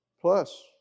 Plus